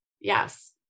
Yes